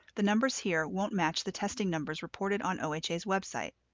the numbers here won't match the testing numbers reported on oha's website.